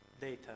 data